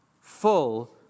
full